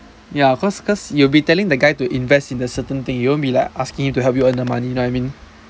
ya cause cause you'll be telling the guy to invest in the certain thing you won't be like asking him to help you earn the money you know what I mean